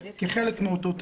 כחלק מאותו תהליך.